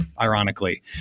Ironically